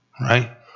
right